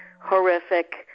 horrific